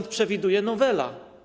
To przewiduje nowela.